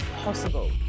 possible